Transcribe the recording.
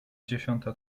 dziesiąta